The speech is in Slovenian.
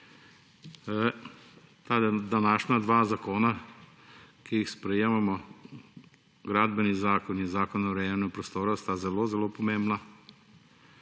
Tale današnja dva zakona, ki ju sprejemamo, Gradbeni zakon in Zakon o urejanju prostora, sta zelo zelo pomembna.